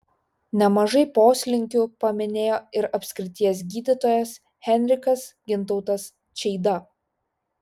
nemažai poslinkių paminėjo ir apskrities gydytojas henrikas gintautas čeida